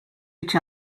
each